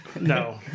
no